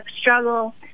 struggle